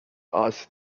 asked